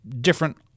different